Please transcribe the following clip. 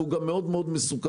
והוא גם מאוד מסוכן.